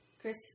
Chris